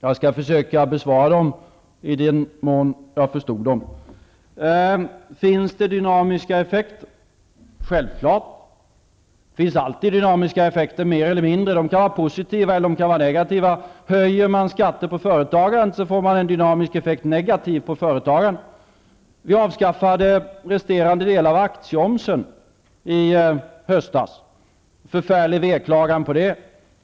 Jag skall försöka besvara dem i den mån jag förstod dem. Finns det dynamiska effekter? frågade han. Självfallet. Det finns -- mer eller mindre -- alltid dynamiska effekter. De kan vara positiva, och de kan vara negativa. Höjer man skatter för företagandet får man en negativ dynamisk effekt på företagandet. Vi avskaffade i höstas resterande delar av aktieomsen; det blev en förfärlig veklagan för det.